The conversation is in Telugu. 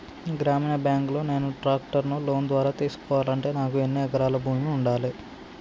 గ్రామీణ బ్యాంక్ లో నేను ట్రాక్టర్ను లోన్ ద్వారా తీసుకోవాలంటే నాకు ఎన్ని ఎకరాల భూమి ఉండాలే?